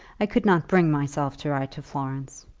i could not bring myself to write to florence.